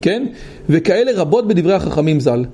כן? וכאלה רבות בדברי החכמים ז"ל.